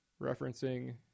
referencing